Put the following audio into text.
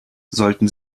sollten